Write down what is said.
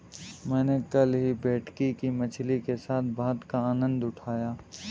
मैंने कल ही भेटकी मछली के साथ भात का आनंद उठाया